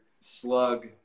slug